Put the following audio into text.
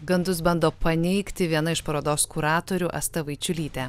gandus bando paneigti viena iš parodos kuratorių asta vaičiulytė